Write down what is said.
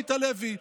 עמית הלוי?